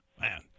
man